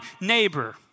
neighbor